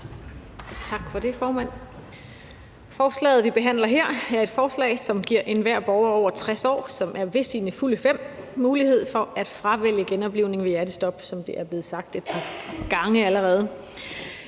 Tak for det, formand. Forslaget, vi behandler her, er et forslag, som giver enhver borger over 60 år, som er ved sine fulde fem, mulighed for at fravælge genoplivning ved hjertestop, som det er blevet sagt et par gange allerede.